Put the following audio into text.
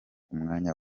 umwanya